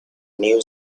new